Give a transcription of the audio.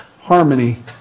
harmony